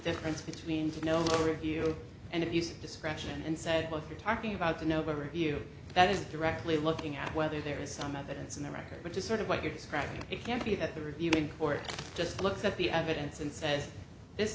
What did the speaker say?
difference between to know the review and abuse of discretion and said well if you're talking about an overview that is directly looking at whether there is some evidence in the record which is sort of what you're describing it can't be that the review in court just looks at the evidence and says this